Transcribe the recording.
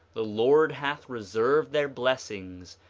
the lord hath reserved their blessings,